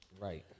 right